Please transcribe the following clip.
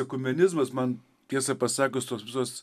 ekumenizmas man tiesą pasakius tos visos